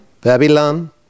Babylon